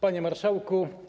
Panie Marszałku!